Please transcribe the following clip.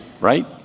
Right